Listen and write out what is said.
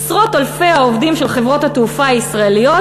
עשרות אלפי העובדים של חברות התעופה הישראליות,